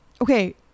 Okay